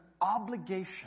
obligation